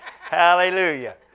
Hallelujah